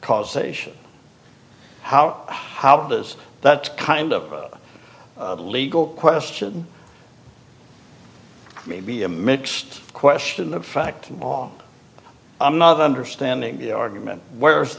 causation how how does that kind of legal question maybe a mixed question of fact all i'm not understanding the argument where